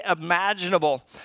imaginable